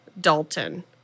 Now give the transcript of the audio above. Dalton